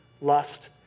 lust